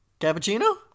Cappuccino